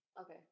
Okay